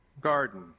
garden